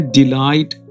delight